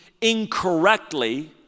incorrectly